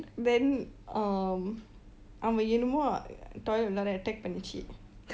then um அவனை என்னமோ:avanai ennamo toilet ல:la attack பண்ணுச்சு:pannuchu